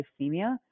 hypoglycemia